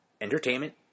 entertainment